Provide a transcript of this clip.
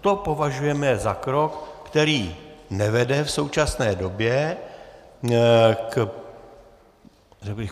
To považujeme za krok, který nevede v současné době k